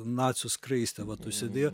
nacių skraistę vat užsidėjo